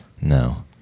No